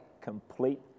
complete